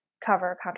cover